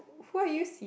why you use